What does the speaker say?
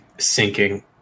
Sinking